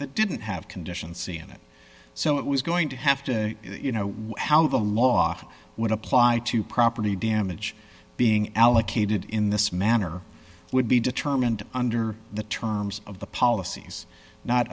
that didn't have condition c in it so it was going to have to you know how the law would apply to property damage being allocated in this manner would be determined under the terms of the policies not